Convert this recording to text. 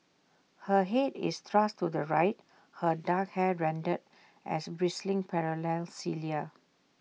her Head is thrust to the right her dark hair rendered as bristling parallel cilia